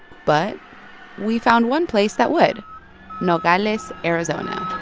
but we found one place that would nogales, ariz ah and